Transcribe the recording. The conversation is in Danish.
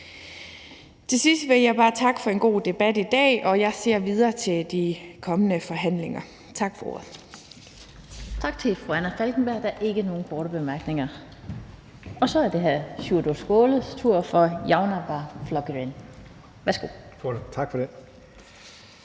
Til sidst vil jeg bare takke for en god debat i dag, og jeg ser frem til de kommende forhandlinger. Tak for ordet.